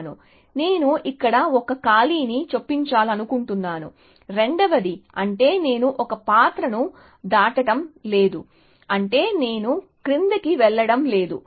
కాబట్టి నేను ఇక్కడ ఒక ఖాళీని చొప్పించాలనుకుంటున్నాను రెండవది అంటే నేను ఒక పాత్రను దాటడం లేదు అంటే నేను క్రిందికి వెళ్ళడం లేదు సమయం చూడండి 4028